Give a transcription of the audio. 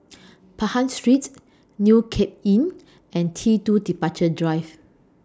Pahang Street New Cape Inn and T two Departure Drive